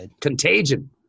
Contagion